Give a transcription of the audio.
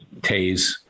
tase